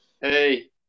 Hey